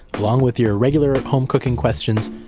along with your regular home cooking questions.